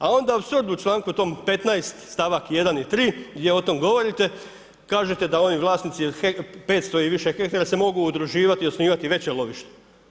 A onda u 7. članku tom 15. stavak 1. i 3. gdje o tom govorite, kažete da ovi vlasnici od 500 i više hektara se mogu udruživati i osnivati veće lovište.